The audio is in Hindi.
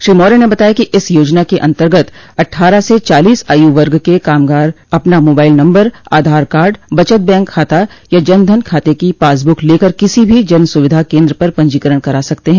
श्री मौर्य ने बताया कि इस योजना के अन्तर्गत अट्ठारह से चालीस आयू वर्ग के कामगार अपना मोबाइल नम्बर आधार कार्ड बचत बैंक खाता या जनधन खाते की पासबुक लेकर किसी भी जन सुविधा केन्द्र पर पंजीकरण करा सकते हैं